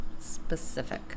specific